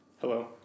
Hello